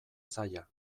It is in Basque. zaila